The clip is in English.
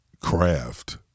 craft